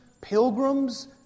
pilgrims